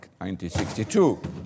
1962